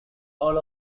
all